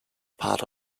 part